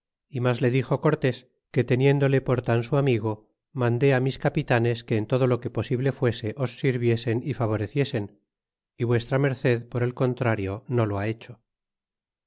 y mas le dixo cortés que teniéndole por tan su amigo mandé á mis capitanes que en todo lo que posible fuese os sirviesen y favoreciesen y vm por el contrario no lo ha hecho